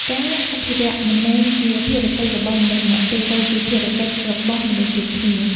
ការអភិរក្សមិនមែនជាភារកិច្ចរបស់មនុស្សម្នាក់ទេ តែជាភារកិច្ចរបស់មនុស្សគ្រប់គ្នា។